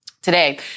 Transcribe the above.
Today